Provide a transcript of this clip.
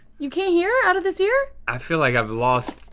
you can't hear out of this ear? i feel like i've lost,